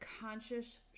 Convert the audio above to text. conscious